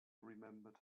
remembered